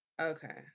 Okay